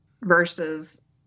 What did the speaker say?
versus